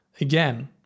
Again